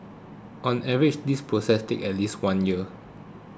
on average this process takes at least one year